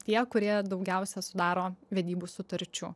tie kurie daugiausia sudaro vedybų sutarčių